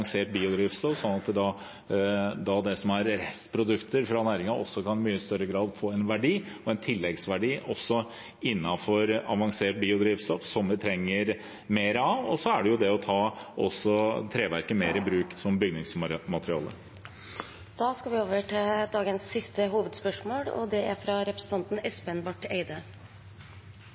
biodrivstoff, slik at det som er restprodukter fra næringen, også i mye større grad kan få en verdi – en tilleggsverdi – innenfor avansert biodrivstoff, som vi trenger mer av. Og så er det det med å ta treverket mer i bruk som bygningsmateriale. Vi går til dagens siste hovedspørsmål. Mitt spørsmål går også til klima- og